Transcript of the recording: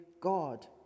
God